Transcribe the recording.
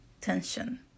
tension